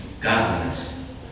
godliness